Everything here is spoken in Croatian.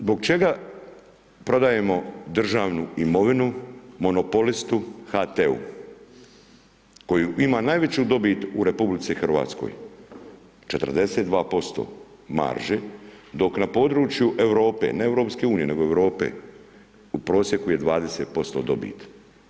Zbog čega prodajemo državnu imovinu monopolistu HT-u koji ima najveću dobit u RH, 42% marže, dok na području Europe, ne EU, nego Europe, u prosjeku je 20% dobiti.